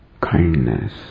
kindness